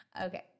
Okay